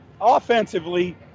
offensively